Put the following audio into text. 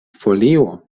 folio